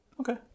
okay